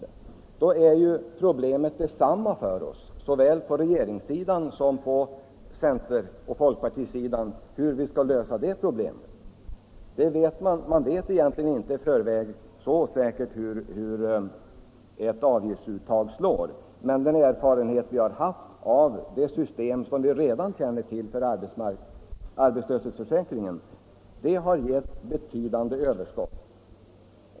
Men då blir ju problemet detsamma för oss både på regeringssidan och på centeroch folkpartihåll, nämligen hur vi skall lösa den saken. Man vet egentligen inte i förväg så säkert hur ett avgiftsuttag slår. Erfarenheten av den fond vi redan känner till, nämligen arbetslöshetsförsäkringen, visar att detta system gett ett betydande överskott.